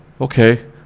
okay